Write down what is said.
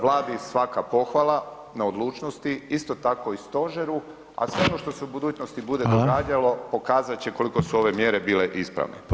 Vladi svaka pohvala na odlučnosti, isto tako i Stožeru, a sve ono što se u budućnosti bude događalo [[Upadica: Hvala.]] pokazat će koliko su ove mjere bile ispravne.